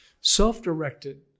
self-directed